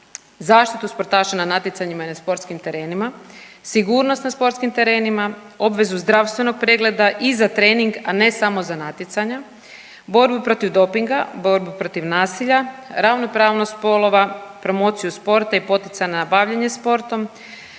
zaštitu sportaša na natjecanjima i na sportskim teretima, sigurnost na sportskim terenima, obvezu zdravstvenog pregleda i za trening, a ne samo za natjecanja, borbu protiv dopinga, borbu protiv nasilja, ravnopravnost spolova, promociju sporta i poticanja na bavljenje sportom,